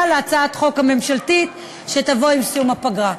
להצעת החוק הממשלתית שתבוא עם סיום הפגרה.